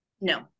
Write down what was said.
No